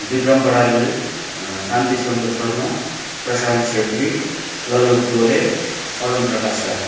Vikram Parajuli Shanti Santosh Sharma Prashant Chhetri Lalit Gole Arun Prakash Rai